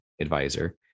advisor